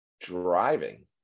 driving